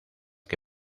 que